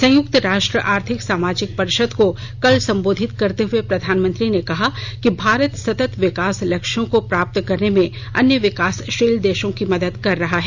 संयुक्त राष्ट्र आर्थिक सामाजिक परिषद को कल संबोधित करते हुए प्रधानमंत्री ने कहा कि भारत सतत विकास लक्ष्यों को प्राप्त करने में अन्य विकासशील देशों की भी मदद कर रहा है